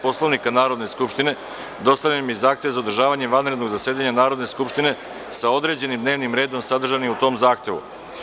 Poslovnika Narodne skupštine, dostavljen vam je zahtev za održavanje vanrednog zasedanja Narodne skupštine sa određenim dnevnim redom, sadržanim u tom zahtevu.